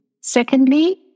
Secondly